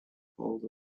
called